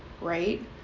right